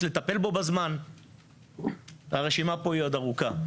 לטפל בו בזמן והרשימה פה עוד ארוכה.